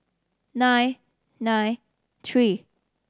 nine nine three